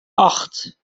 acht